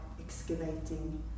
excavating